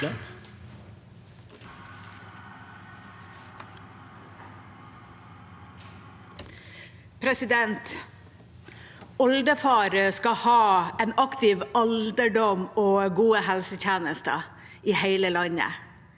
Oldefar skal ha en ak- tiv alderdom og gode helsetjenester i hele landet.